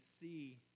see